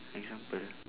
example